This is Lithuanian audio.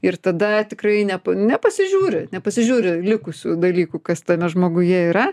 ir tada tikrai ne nepasižiūri nepasižiūri likusių dalykų kas tame žmoguje yra